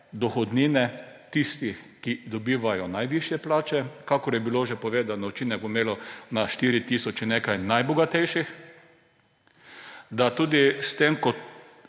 dohodnine tistih, ki dobivajo najvišje plače. Kakor je bilo že povedano, učinek bo imelo na 4 tisoč in nekaj najbogatejših, tudi s tem,